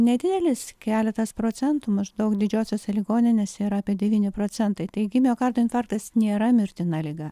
nedidelis keletas procentų maždaug didžiosiose ligoninėse yra apie devyni procentai taigi miokardo infarktas nėra mirtina liga